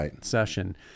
session